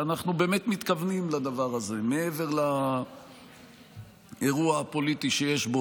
ואנחנו באמת מתכוונים לדבר הזה מעבר לאירוע הפוליטי שיש בו,